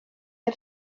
had